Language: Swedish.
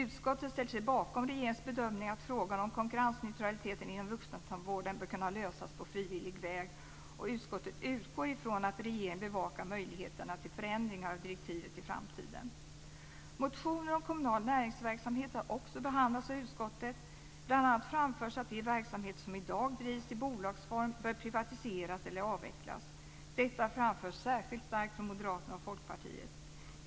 Utskottet ställer sig bakom regeringens bedömning att frågan om konkurrensneutraliteten inom vuxentandvården bör kunna lösas på frivillig väg. Utskottet utgår ifrån att regeringen bevakar möjligheterna till förändringar av direktivet i framtiden. Motioner om kommunal näringsverksamhet har också behandlats av utskottet. Bl.a. framförs att de verksamheter som i dag drivs i bolagsform bör privatiseras eller avvecklas. Detta framförs särskilt starkt från Moderaterna och Folkpartiet.